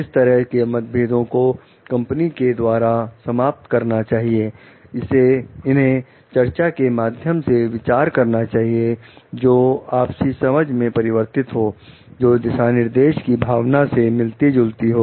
इस तरह के मतभेदों को कंपनियों के द्वारा समाप्त करना चाहिए इन्हें चर्चा के माध्यम से विचार करना चाहिए जो आपसी समझ में परिवर्तित हो जो दिशा निर्देश की भावना से मिलती जुलती हो